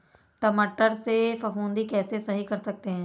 टमाटर से फफूंदी कैसे सही कर सकते हैं?